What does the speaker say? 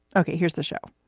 ok, here's the show